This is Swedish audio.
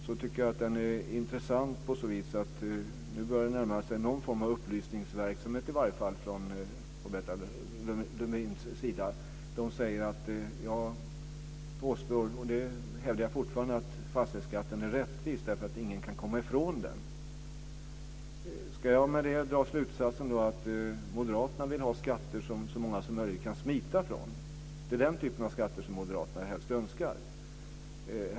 Jag tycker att den är intressant på så vis att det nu åtminstone börjar närma sig någon form av upplysningsverksamhet från Marietta de Pourbaix-Lundins sida. Hon säger att jag påstår - och det hävdar jag fortfarande - att fastighetsskatten är rättvis därför att ingen kan komma ifrån den. Ska jag med det dra slutsatsen att moderaterna vill ha skatter som så många som möjligt kan smita från? Är det den typen av skatter som moderaterna helst önskar?